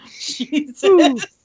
Jesus